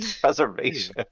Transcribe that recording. preservation